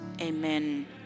Amen